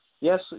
Yes